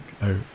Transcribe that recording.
out